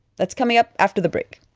that's coming up after the break